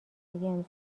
امسال